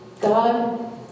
God